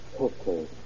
Okay